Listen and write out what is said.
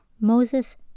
Moses